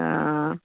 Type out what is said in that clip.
हा